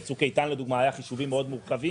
בצוק איתן לדוגמה היו חישובים מאוד מורכבים